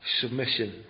submission